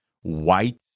white